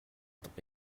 tuk